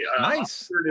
Nice